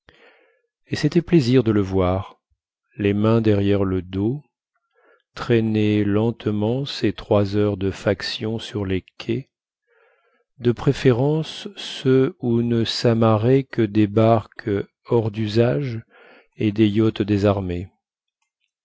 et cétait plaisir de le voir les mains derrière le dos traîner lentement ses trois heures de faction sur les quais de préférence ceux où ne samarraient que des barques hors dusage et des yachts